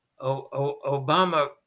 Obama